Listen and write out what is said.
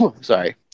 sorry